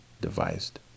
devised